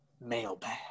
Mailbag